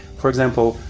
for example,